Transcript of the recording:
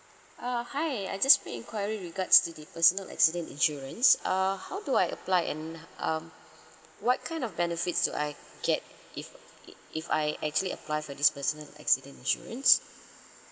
uh hi I just made enquiry regards to the personal accident insurance uh how do I apply and um what kind of benefits do I get if if if I actually apply for this personal accident insurance